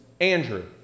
Andrew